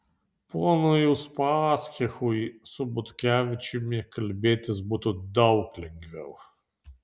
ponui uspaskichui su butkevičiumi kalbėtis būtų daug lengviau